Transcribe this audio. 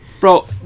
Bro